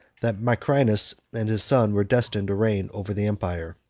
that macrinus and his son were destined to reign over the empire.